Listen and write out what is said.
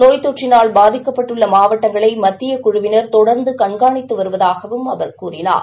நோய் தொற்றினால் பாதிக்கப்பட்டுள்ளமாவட்டங்களைமத்தியகுழுவினா் தொடர்ந்துகண்காணித்துவருவதாகவும் அவர் தெரிவித்தார்